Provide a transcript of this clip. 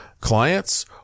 clients